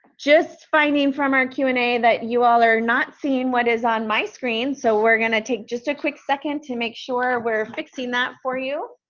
just finding from our q and a that you all are not seeing what is on my screen, so we're gonna take just a quick second to make sure we're fixing that for you.